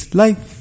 life